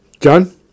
John